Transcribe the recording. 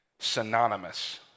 synonymous